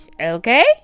Okay